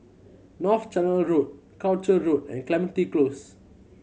North Canal Road Croucher Road and Clementi Close